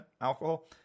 alcohol